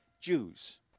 Jews